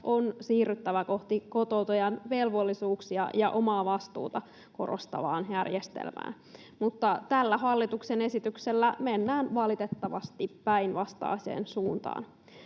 on siirryttävä kohti kotoutujan velvollisuuksia ja omaa vastuuta korostavaa järjestelmää, mutta tällä hallituksen esityksellä mennään valitettavasti päinvastaiseen suuntaan.